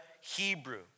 Hebrew